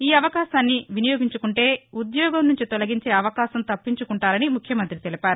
ఈ అవకాశాన్ని వినియోగించుకుంటే ఉద్యోగం నుంచి తొలగించే అవకాశం తప్పించుకుంటారని ముఖ్యమంతి తెలిపారు